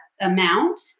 amount